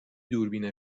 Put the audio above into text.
دوربین